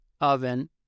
oven